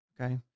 Okay